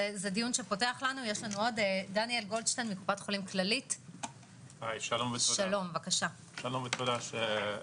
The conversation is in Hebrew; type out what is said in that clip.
היה לי דיון במשרד הבריאות בתקופתי על SMA. היה 160 מקרים בארץ.